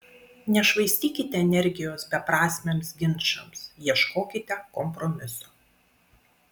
nešvaistykite energijos beprasmiams ginčams ieškokite kompromiso